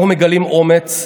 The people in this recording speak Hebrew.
אנחנו מגלים אומץ,